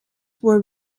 were